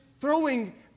throwing